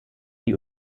die